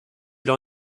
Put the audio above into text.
leur